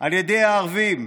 על ידי הערבים.